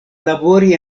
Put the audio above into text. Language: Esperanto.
labori